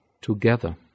together